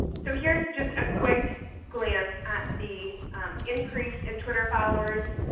so here's just a quick glance at the increase in twitter followers.